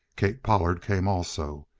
kate pollard came also.